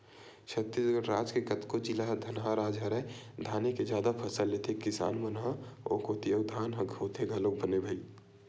छत्तीसगढ़ राज के कतको जिला ह धनहा राज हरय धाने के जादा फसल लेथे किसान मन ह ओ कोती अउ धान ह होथे घलोक बने भई